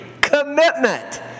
commitment